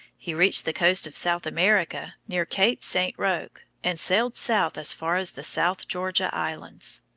he reached the coast of south america near cape st. roque, and sailed south as far as the south georgia islands.